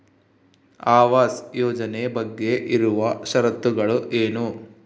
ಆವಾಸ್ ಯೋಜನೆ ಬಗ್ಗೆ ಇರುವ ಶರತ್ತುಗಳು ಏನು?